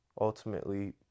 ultimately